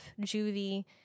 juvie